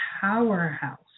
powerhouse